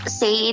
say